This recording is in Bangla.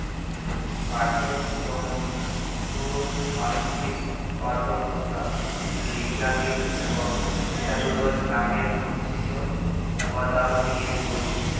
পাটের তল্তুর আসলি উৎপাদলগুলা লিগালিল এবং সেলুলজ লামের উদ্ভিজ্জ উপাদাল দিঁয়ে তৈরি